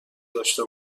داشته